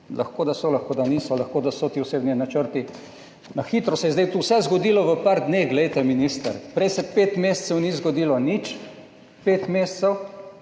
Lahko da so, lahko da niso, lahko da so ti osebni načrti. Na hitro se je zdaj vse zgodilo, v par dneh, glejte, minister. Prej se pet mesecev ni zgodilo nič., pet mesecev,